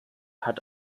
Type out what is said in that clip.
hat